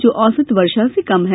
जो औसत वर्षा से कम है